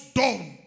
done